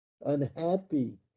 unhappy